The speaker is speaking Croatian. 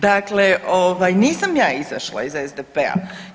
Dakle, nisam ja izašla iz SDP-a.